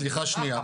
סליחה שנייה,